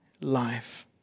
life